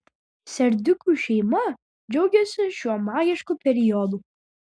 serdiukų šeima džiaugiasi šiuo magišku periodu